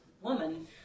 woman